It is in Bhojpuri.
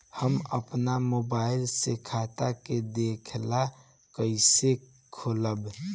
हम आपन मोबाइल से खाता के देखेला कइसे खोलम?